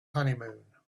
honeymoon